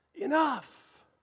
enough